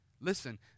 Listen